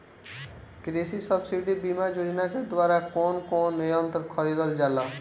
कृषि सब्सिडी बीमा योजना के द्वारा कौन कौन यंत्र खरीदल जाला?